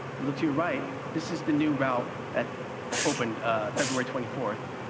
you look to your right, this is the new route that opened february twenty fourth.